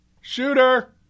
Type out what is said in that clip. shooter